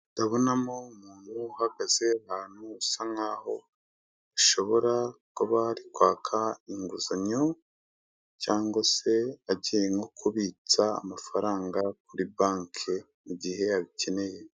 Ndabonamo ibikorwaremezo, usangamo hari umuhanda uteyemo ibiti gutya ari umuhanda ushobora kuba wakoreshwa mu ngendo z'abaturage kandi bikifashishwa cyane mu gukora imirimo yacu.